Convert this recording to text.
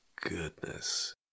goodness